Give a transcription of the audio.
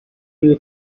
you